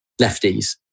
lefties